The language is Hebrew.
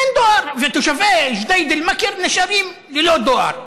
אין דואר, ותושבי ג'דיידה-מכר נשארים ללא דואר.